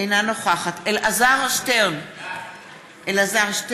אינה נוכחת אלעזר שטרן, בעד